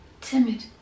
timid